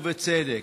ובצדק.